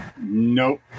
Nope